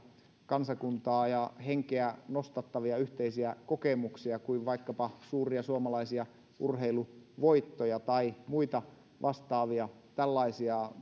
kansakuntaa ja henkeä nostattavia yhteisiä kokemuksia kuin vaikkapa suuria suomalaisia urheiluvoittoja tai muita vastaavia tällaisia